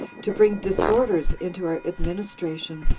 to bring disorders into our administration,